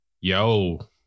Yo